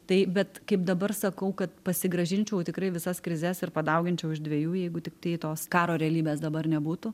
tai bet kaip dabar sakau kad pasigrąžinčiau tikrai visas krizes ir padauginčiau iš dvejų jeigu tiktai tos karo realybės dabar nebūtų